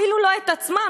אפילו לא את עצמם,